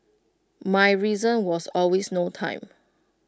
my reason was always no time